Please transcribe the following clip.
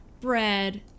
bread